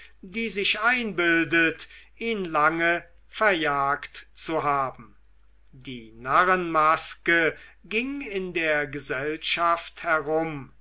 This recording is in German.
die sich einbildet ihn lange verjagt zu haben die narrenmaske ging in der gesellschaft herum